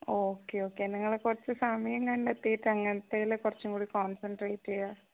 okay okay നിങ്ങൾ കുറച്ച് സമയം കണ്ടെത്തിയിട്ട് അങ്ങനത്തേതിൽ കുറച്ചും കൂടി കോൺസെൻട്രേറ്റ് ചെയ്യുക